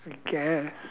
I guess